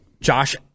Josh